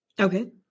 Okay